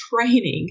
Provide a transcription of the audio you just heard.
training